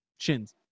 Chins